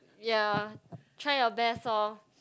ya try your best orh